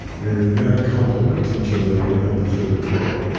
and that complements each other. we help each other grow,